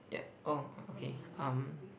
yeah oh okay um